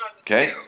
Okay